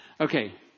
Okay